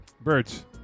Birds